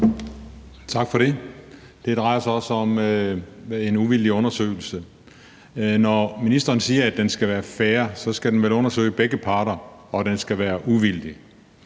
Tak for det. Det drejer sig også om en uvildig undersøgelse. Når ministeren siger, at den skal være fair, skal den vel undersøge begge parter og være uvildig.